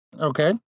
Okay